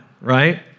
right